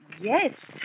yes